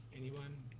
anyone?